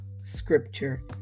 scripture